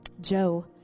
Joe